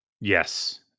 yes